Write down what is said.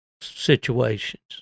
situations